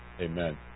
Amen